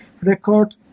record